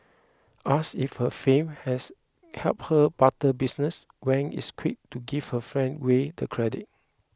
asked if her fame has helped her barber business Wang is quick to give her friend way the credit